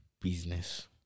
business